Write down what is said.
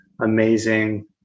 amazing